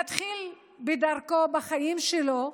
להתחיל בדרכו בחיים שלו,